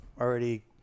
already